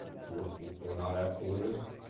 we're we're not absolutist.